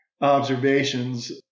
observations